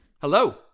Hello